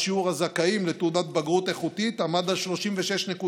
שבה שיעור הזכאים לתעודת בגרות איכותית עמד על 36.4%,